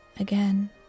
Again